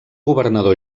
governador